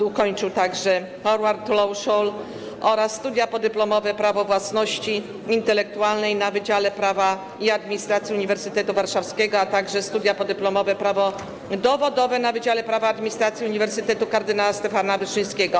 Ukończył także Harvard Law School oraz studia podyplomowe prawo własności intelektualnej na Wydziale Prawa i Administracji Uniwersytetu Warszawskiego, a także studia podyplomowe prawo dowodowe na Wydziale Prawa i Administracji Uniwersytetu Kardynała Stefana Wyszyńskiego.